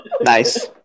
Nice